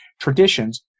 traditions